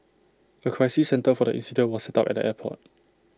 A crisis centre for the incident was set up at the airport